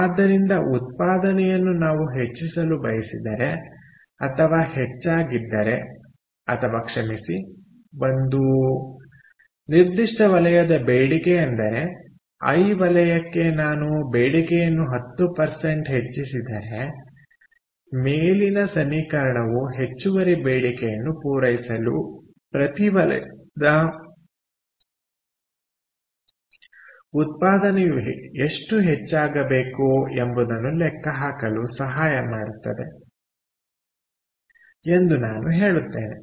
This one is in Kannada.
ಆದ್ದರಿಂದ ಉತ್ಪಾದನೆಯನ್ನು ನಾವು ಹೆಚ್ಚಿಸಲು ಬಯಸಿದರೆ ಅಥವಾ ಹೆಚ್ಚಾಗಿದ್ದರೆ ಅಥವಾ ಕ್ಷಮಿಸಿಒಂದು ನಿರ್ದಿಷ್ಟ ವಲಯದ ಬೇಡಿಕೆ ಅಂದರೆ ಐ ವಲಯಕ್ಕೆ ನಾನು ಬೇಡಿಕೆಯನ್ನು 10 ಹೆಚ್ಚಿಸಿದರೆ ಮೇಲಿನ ಸಮೀಕರಣವು ಹೆಚ್ಚುವರಿ ಬೇಡಿಕೆಯನ್ನು ಪೂರೈಸಲು ಪ್ರತಿ ವಲಯದ ಉತ್ಪಾದನೆಯು ಎಷ್ಟು ಹೆಚ್ಚಾಗಬೇಕು ಎಂಬುದನ್ನು ಲೆಕ್ಕಹಾಕಲು ಸಹಾಯ ಮಾಡುತ್ತದೆ ಎಂದು ನಾನು ಹೇಳುತ್ತೇನೆ